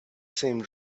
same